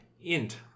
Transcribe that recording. Int